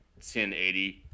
1080